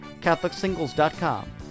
CatholicSingles.com